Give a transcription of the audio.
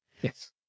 yes